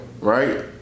right